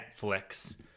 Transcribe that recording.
Netflix